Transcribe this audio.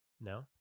No